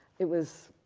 it was,